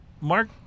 Mark